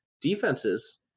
defenses